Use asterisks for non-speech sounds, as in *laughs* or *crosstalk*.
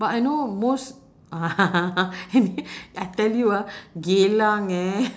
but I know most *laughs* I tell you ah geylang eh